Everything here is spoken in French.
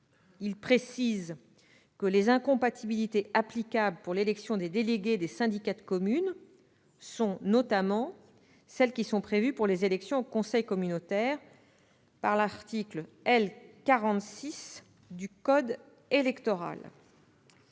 précisant que les incompatibilités applicables pour l'élection des délégués des syndicats de communes sont, notamment, celles qui sont prévues pour les élections au conseil communautaire par l'article L. 46 du code électoral.